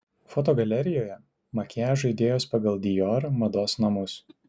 fotogalerijoje makiažo idėjos pagal dior mados namus